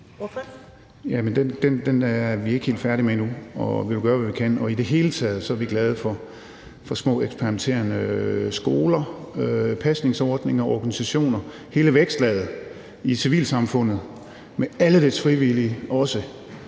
den er vi ikke helt færdig med endnu, og vi vil gøre, hvad vi kan. I det hele taget er vi glade for små eksperimenterende skoler, pasningsordninger, organisationer og hele vækstlaget i civilsamfundet med alle dets frivillige også.